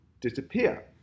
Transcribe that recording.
disappear